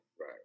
Right